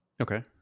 Okay